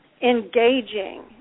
engaging